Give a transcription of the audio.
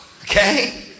Okay